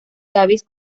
davies